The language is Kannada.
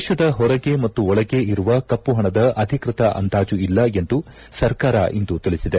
ದೇಶದ ಹೊರಗೆ ಮತ್ತು ಒಳಗೆ ಇರುವ ಕಪ್ಪು ಹಣದ ಅಧಿಕೃತ ಅಂದಾಜು ಇಲ್ಲ ಎಂದು ಸರ್ಕಾರ ಇಂದು ತಿಳಿಸಿದೆ